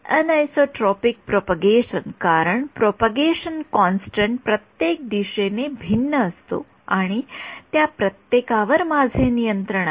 anisotropic propagation कारण propagation constant प्रत्येक दिशेने भिन्न असतो आणि त्या प्रत्येकावर माझे नियंत्रण आहे